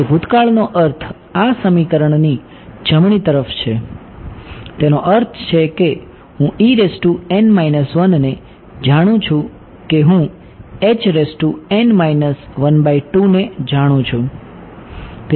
તેથી ભૂતકાળનો અર્થ આ સમીકરણની જમણી તરફ છે તેનો અર્થ છે કે હું ને જાણું છું કે હું ને જાણું છું